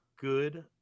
good